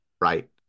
right